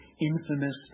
infamous